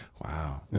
Wow